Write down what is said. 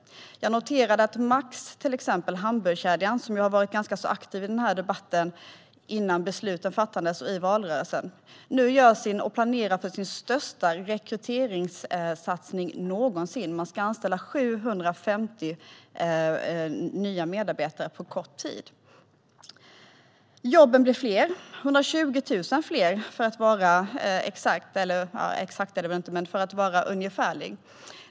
Jag noterade att hamburgerkedjan Max, som har varit aktiv i valrörelsen och i den här debatten innan beslut fattades, nu planerar för sin största rekryteringssatsning någonsin. Man ska anställda 750 nya medarbetare på kort tid. Jobben blir fler. Det har blivit ungefär 120 000 fler jobb.